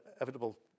inevitable